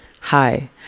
Hi